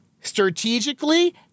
strategically